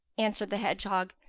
answered the hedgehog,